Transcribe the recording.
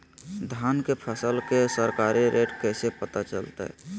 धान के फसल के सरकारी रेट कैसे पता चलताय?